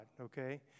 okay